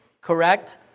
correct